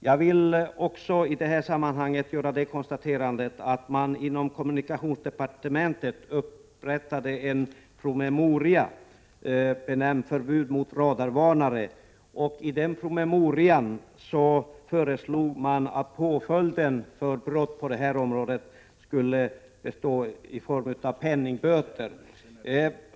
Jag vill också i detta sammanhang konstatera att man inom kommunikationsdepartementet upprättat en promemoria, benämnd Förbud mot radarvarnare. Där föreslogs att påföljden för brott på det här området skulle vara penningböter.